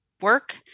work